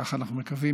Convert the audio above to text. כך אנחנו מקווים,